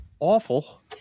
awful